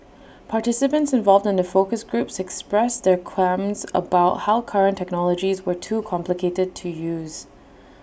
participants involved in the focus groups expressed their qualms about how current technologies were too complicated to use